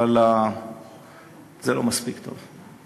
אבל זה לא מספיק טוב.